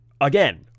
again